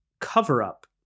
cover-up